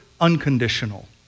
unconditional